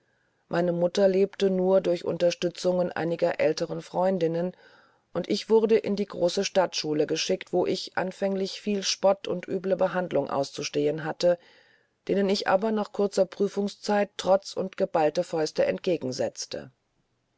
meine mutter lebte nur durch unterstützungen einiger älteren freundinnen und ich wurde in die große stadtschule geschickt wo ich anfänglich viel spott und üble behandlung auszustehen hatte denen ich aber nach kurzer prüfungszeit trotz und geballte fäuste entgegensetzte